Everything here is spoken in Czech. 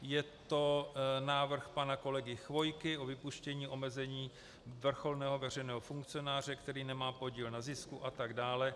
Je to návrh pana kolegy Chvojky o vypuštění omezení vrcholného veřejného funkcionáře, který nemá podíl na zisku atd.